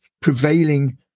prevailing